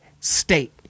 state